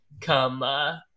come